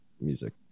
music